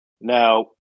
Now